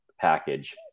package